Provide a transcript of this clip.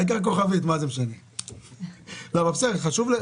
זה חשוב.